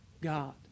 God